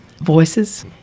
voices